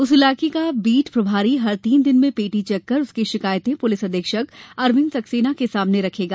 उस इलाके का बीट प्रभारी हर तीन दिन में पेटी चेक कर उसकी शिकायतें पुलिस अधीक्षक अरविंद सक्सेना के सामने रखेगा